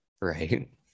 Right